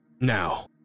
Now